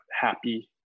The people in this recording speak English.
happy